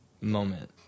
moment